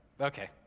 okay